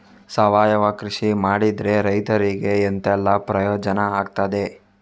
ಸಾವಯವ ಕೃಷಿ ಮಾಡಿದ್ರೆ ರೈತರಿಗೆ ಎಂತೆಲ್ಲ ಪ್ರಯೋಜನ ಆಗ್ತದೆ?